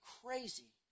crazy